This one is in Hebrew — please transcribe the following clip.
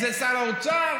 זה שר האוצר,